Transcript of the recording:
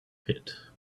pit